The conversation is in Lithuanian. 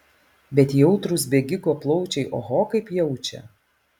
bet jautrūs bėgiko plaučiai oho kaip jaučia